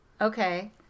Okay